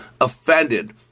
offended